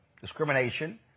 discrimination